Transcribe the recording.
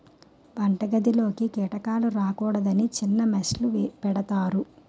వంటగదిలోకి కీటకాలు రాకూడదని చిన్న మెష్ లు పెడతారు